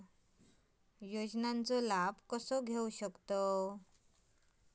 योजनांचा लाभ कसा घेऊ शकतू?